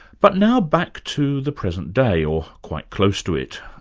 but now back to the present day, or quite close to it.